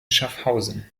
schaffhausen